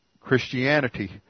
Christianity